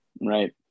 Right